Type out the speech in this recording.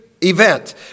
event